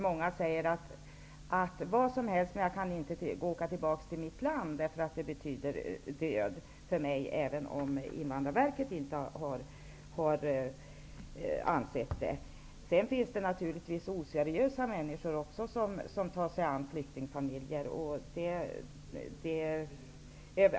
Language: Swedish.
Många säger: Vad som helst, men jag kan inte åka tillbaka till mitt land därför att det innebär död för mig, även om Invandrarverket inte har den uppfattningen. Naturligtvis finns det oseriösa människor som tar sig an flyktingfamiljer.